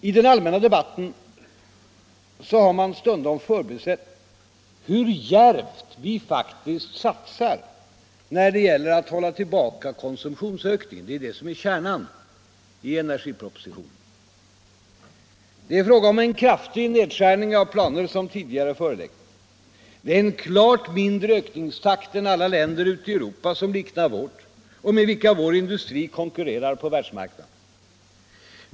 I den allmänna debatten har man stundom förbisett hur djärvt vi faktiskt satsar när det gäller att hålla tillbaka konsumtionsökningen, och det är det som är kärnan i energipropositionen. Det är fråga om en kraftig nedskärning av de planer som tidigare förelegat. Det är en klart lägre ökningstakt än i alla andra länder ute i Europa som liknar vårt och med vilka vår industri konkurrerar på världsmarknaden.